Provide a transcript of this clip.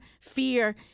fear